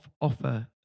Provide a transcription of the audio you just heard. offer